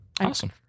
Awesome